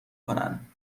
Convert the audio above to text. کنن